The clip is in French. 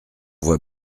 voit